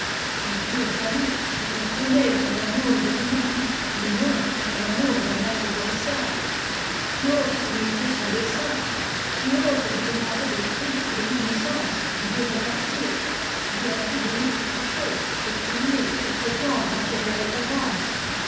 le dieu jaloux veut être aimé pour l'amour de lui-même et non pour l'amour d'un être périssable qui ose pénétrer son dessein qui ose lui demander le prix de l'innocence ou du repentir lui as-tu donné quelque chose le premier pour prétendre en tirer récompense